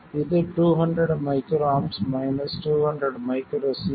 இது 200 µA 200 µS vi